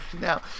now